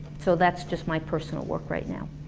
so that's just my personal work right now